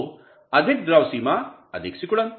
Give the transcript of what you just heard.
तो अधिक द्रव सीमा अधिक सिकुड़न